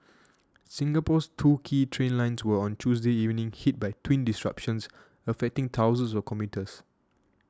Singapore's two key train lines were on Tuesday evening hit by twin disruptions affecting thousands of commuters